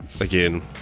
Again